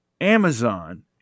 Amazon